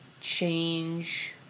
change